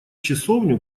часовню